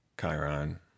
Chiron